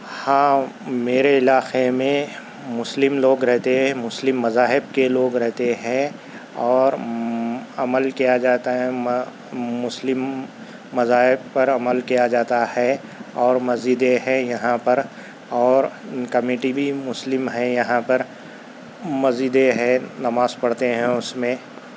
ہاں میرے علاخے میں مسلم لوگ رہتے ہیں مسلم مذاہب کے لوگ رہتے ہیں اور عمل کیا جاتا ہے مسلم مذاہب پر عمل کیا جاتا ہے اور مسجدیں ہیں یہاں پر اور کمیٹی بھی مسلم ہے یہاں پر مسجدیں ہیں نماز پڑھتے ہیں اس میں